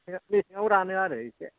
मेसेंआव रानो आरो एसे